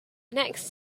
next